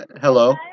hello